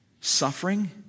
suffering